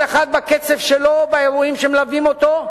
כל אחד בקצב שלו באירועים שמלווים אותו,